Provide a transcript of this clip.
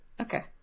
Okay